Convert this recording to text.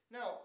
Now